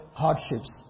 hardships